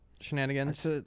shenanigans